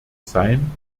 sein